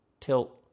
tilt